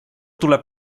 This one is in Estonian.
tuleb